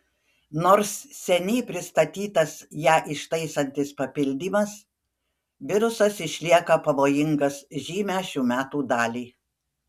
nors seniai pristatytas ją ištaisantis papildymas virusas išlieka pavojingas žymią šių metų dalį